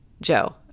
Joe